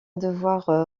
devoir